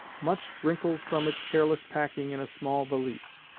much wrinkled from its careless packing in a small valise.